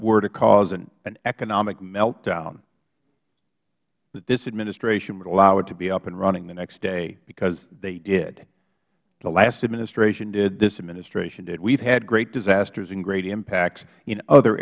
were to cause an economic meltdown that this administration would allow it to be up and running the next day because they did the last administration did this administration did we have had great disasters and great impacts in other